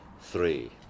three